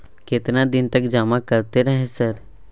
केतना दिन तक जमा करते रहे सर?